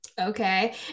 okay